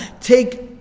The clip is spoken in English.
take